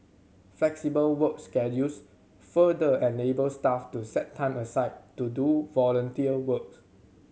flexible work schedules further enable staff to set time aside to do volunteer works